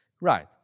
Right